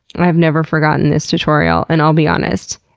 i have never forgotten this tutorial and i'll be honest,